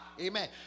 Amen